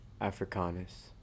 Africanus